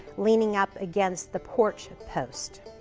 leaning up against the porch post.